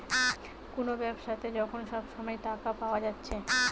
কুনো ব্যাবসাতে যখন সব সময় টাকা পায়া যাচ্ছে